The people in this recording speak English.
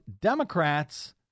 Democrats—